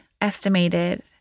estimated